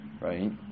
Right